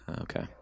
Okay